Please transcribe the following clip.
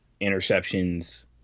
interceptions